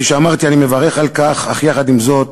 כפי שאמרתי, אני מברך על כך, אך יחד עם זאת